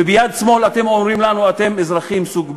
וביד שמאל אתם אומרים לנו: אתם אזרחים סוג ב'?